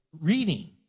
reading